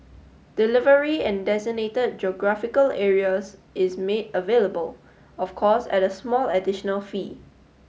delivery in designated geographical areas is made available of course at a small additional fee